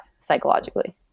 psychologically